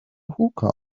hookah